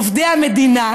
עובדי המדינה,